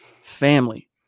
family